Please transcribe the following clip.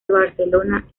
barcelona